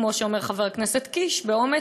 כמו שאומר חבר הכנסת קיש באומץ,